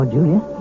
Julia